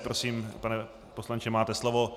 Prosím, pane poslanče, máte slovo.